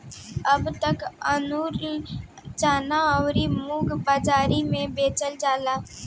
अब त अकुरल चना अउरी मुंग बाजारी में बेचल जाता